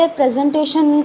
presentation